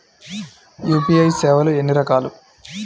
UPI సేవలు ఎన్నిరకాలు?